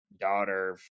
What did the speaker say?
daughter